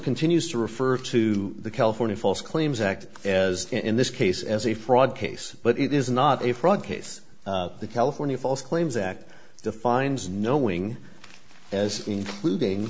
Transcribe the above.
continues to refer to the california false claims act as in this case as a fraud case but it is not a fraud case the california false claims act defines knowing as including